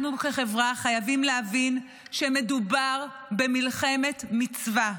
אנחנו כחברה חייבים להבין שמדובר במלחמת מצווה.